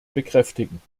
bekräftigen